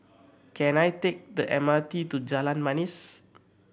can I take the M R T to Jalan Manis